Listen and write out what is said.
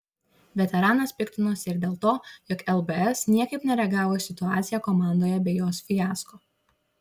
veteranas piktinosi ir dėl to jog lbs niekaip nereagavo į situaciją komandoje bei jos fiasko